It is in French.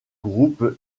groupe